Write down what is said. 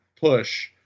push